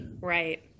Right